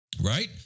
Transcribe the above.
Right